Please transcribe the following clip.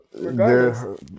Regardless